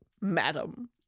madam